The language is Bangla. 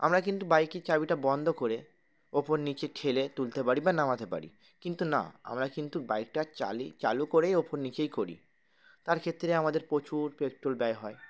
আমরা কিন্তু বাইকের চাবিটা বন্ধ করে ওপর নিচে ঠেলে তুলতে পারি বা নামাতে পারি কিন্তু না আমরা কিন্তু বাইকটা চালি চালু করেই ওপর নিচেই করি তার ক্ষেত্রে আমাদের প্রচুর পেট্রোল ব্যয় হয়